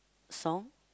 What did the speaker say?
song